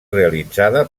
realitzada